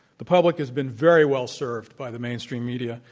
the public has been very well-served by the mainstream media,